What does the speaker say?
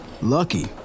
lucky